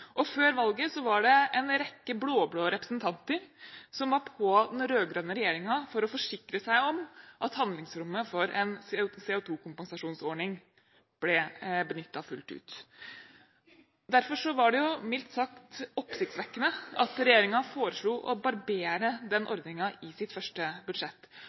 Før valget var det en rekke blå-blå representanter som var på den rød-grønne regjeringen for å forsikre seg om at handlingsrommet for en CO2-kompensasjonsordning ble benyttet fullt ut. Derfor var det mildt sagt oppsiktsvekkende at regjeringen foreslo å barbere den ordningen i sitt første budsjett.